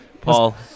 Paul